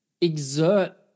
exert